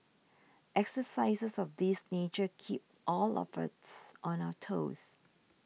exercises of this nature keep all of us on our toes